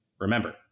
Remember